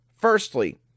Firstly